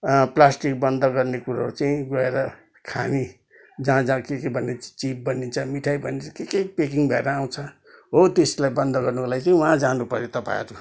plastic बन्द गर्ने कुरो चाहिँ गएर हामी जहाँ जहाँ के के बनिन्छ चिप बनिन्छ मिठाई बनिन्छ के के प्याकिङ भएर आउँछ हो त्यसलाई बन्द गर्नको लागि चाहिँ वहाँ जानुपर्यो तपाईँहरू